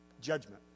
Judgment